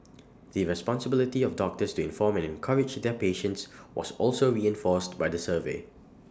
the responsibility of doctors to inform and encourage their patients was also reinforced by the survey